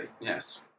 Yes